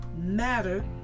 matter